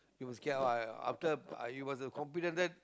you must care after it was a computer then